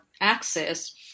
access